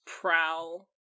prowl